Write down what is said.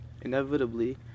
Inevitably